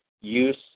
use